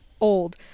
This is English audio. Old